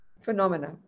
phenomena